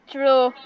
True